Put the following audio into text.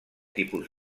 tipus